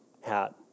hat